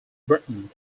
britain